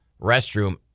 restroom